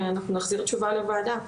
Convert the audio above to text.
ואנחנו נחזיר תשובה לוועדה.